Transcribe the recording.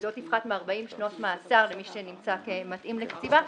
שלא תפחת מ-40 שנות מאסר למי שנמצא מתאים לקציבה,